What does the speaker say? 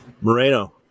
Moreno